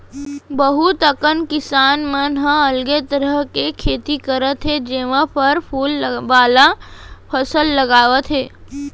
बहुत अकन किसान मन ह अलगे तरह के खेती करत हे जेमा फर फूल वाला फसल लगावत हे